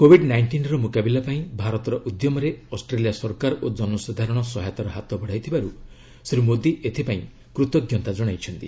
Covid ନାଇଷ୍ଟିନ୍ର ମୁକାବିଲା ପାଇଁ ଭାରତର ଉଦ୍ୟମରେ ଅଷ୍ଟ୍ରେଲିଆ ସରକାର ଓ ଜନସାଧାରଣ ସହାୟତାର ହାତ ବଢ଼ାଇଥିବାରୁ ଶ୍ରୀ ମୋଦୀ ଏଥିପାଇଁ କୃତଜ୍ଞତା ଜଣାଇଛନ୍ତି